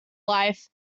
life